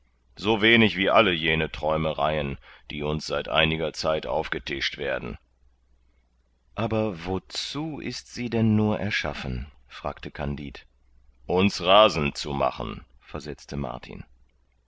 so wenig wie alle jene träumereien die uns seit einiger zeit aufgetischt werden aber wozu ist denn nur erschaffen fragte kandid uns rasend zu machen versetzte martin